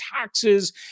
taxes